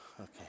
Okay